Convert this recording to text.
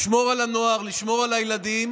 לשמור על הנוער, לשמור על הילדים.